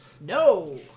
No